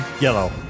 Yellow